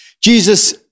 Jesus